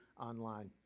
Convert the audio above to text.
online